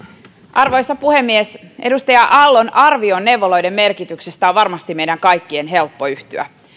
arvoisa puhemies edustaja aallon arvioon neuvoloiden merkityksestä on varmasti meidän kaikkien helppo yhtyä